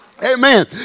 Amen